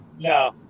No